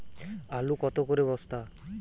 আলু কত করে বস্তা?